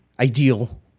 ideal